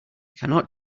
cannot